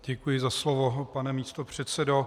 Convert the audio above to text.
Děkuji za slovo, pane místopředsedo.